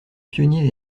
pionnier